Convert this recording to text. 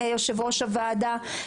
יושב-ראש הוועדה,